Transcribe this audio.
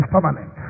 permanent